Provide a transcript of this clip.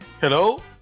Hello